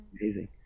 amazing